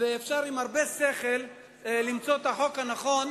ואפשר עם הרבה שכל למצוא את החוק הנכון,